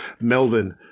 Melvin